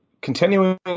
continuing